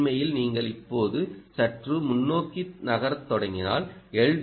உண்மையில் நீங்கள் இப்போது சற்று முன்னோக்கி நகரத் தொடங்கினால் எல்